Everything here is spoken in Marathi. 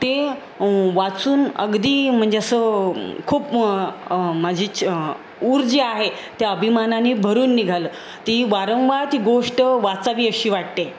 ते वाचून अगदी म्हणजे असं खूप माझी च ऊर जे आहे त्या अभिमानाने भरून निघालं ती वारंवार ती गोष्ट वाचावी अशी वाटते